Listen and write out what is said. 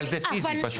אבל זה פיזי פשוט.